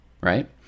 right